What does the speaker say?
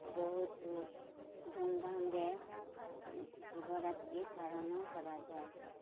ବହୁତ ଧୁମ୍ଧାମ୍ରେ ଶିବରାତ୍ରି ପାଳନ କରାଯାଏ